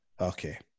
okay